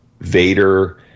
Vader